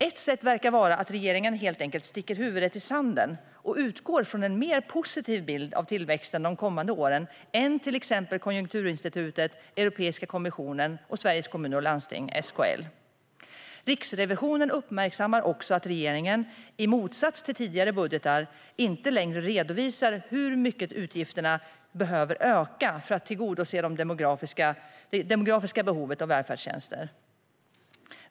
Ett sätt verkar vara att helt enkelt sticka huvudet i sanden och utgå från en mer positiv bild av tillväxten de kommande åren än till exempel Konjunkturinstitutet, Europeiska kommissionen och Sveriges Kommuner och Landsting, SKL, har. Riksrevisionen uppmärksammar att regeringen, i motsats till i tidigare budgetar, inte längre redovisar hur mycket utgifterna behöver öka för att tillgodose det demografiska behovet av välfärdstjänster.